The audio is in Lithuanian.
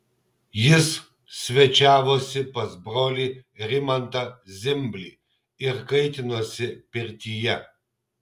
jis svečiavosi pas brolį rimantą zimblį ir kaitinosi pirtyje